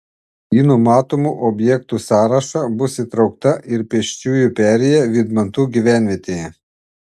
į numatomų objektų sąrašą bus įtraukta ir pėsčiųjų perėja vydmantų gyvenvietėje